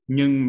Nhưng